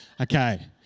Okay